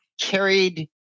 carried